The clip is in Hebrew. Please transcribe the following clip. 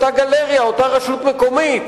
אותה גלריה או אותה רשות מקומית,